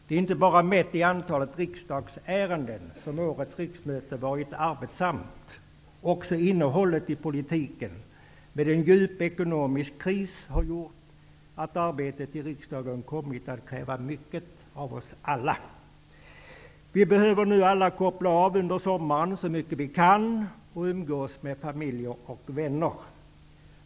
Det är inte bara mätt i antalet riksdagsärenden som årets riksmöte varit arbetssamt, också innehållet i politiken med en djup ekonomisk kris har gjort att arbetet i riksdagen kommit att kräva mycket av oss alla. Vi behöver nu alla koppla av under sommaren så mycket vi kan och umgås med familj och vänner.